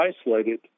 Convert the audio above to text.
isolated